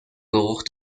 geruch